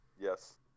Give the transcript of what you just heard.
Yes